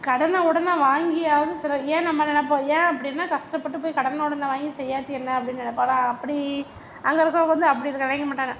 கடனை ஒடனை வாங்கியாவது சில ஏன்னு நம்ப நினைப்போம் ஏன் அப்படி என்ன கஷ்டப்பட்டு போய் கடனை ஒடனை வாங்கி செய்யாட்டி என்ன அப்படினு நினைப்போம் ஆனால் அப்படி அங்கே இருக்கறவுங்க வந்து அப்படி நினைக்க மாட்டாங்க